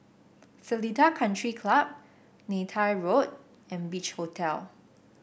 Seletar Country Club Neythai Road and Beach Hotel